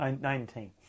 Nineteen